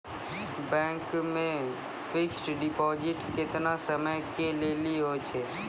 Bank मे fixed deposit केतना समय के लेली होय छै?